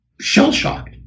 shell-shocked